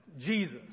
Jesus